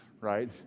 right